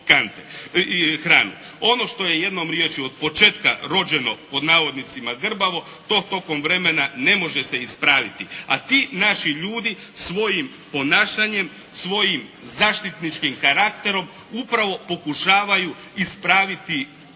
Ono što je jednom riječju od početka rođeno pod navodnicima "grbavo", to tokom vremena ne može se ispraviti. A ti naši ljudi svojim ponašanjem, svojim zaštitničkim karakterom upravo pokušavaju ispraviti ono